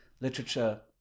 literature